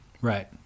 Right